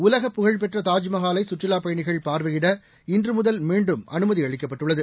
உலகப் புகழ்பெற்ற தாஜ்மஹாலை சுற்றுலாப் பயனிகள் பார்வையிட இன்று முதல் மீண்டும் அனுமதி அளிக்கப்பட்டுள்ளது